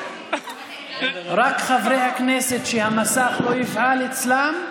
רק חברי הכנסת שהמסך לא יפעל אצלם,